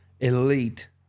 elite